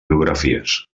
biografies